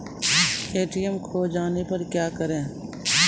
ATM खोजे जाने पर क्या करें?